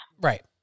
right